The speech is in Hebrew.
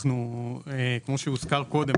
כמו שהוזכר קודם,